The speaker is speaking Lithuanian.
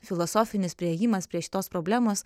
filosofinis priėjimas prie šitos problemos